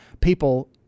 people